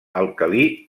alcalí